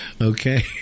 okay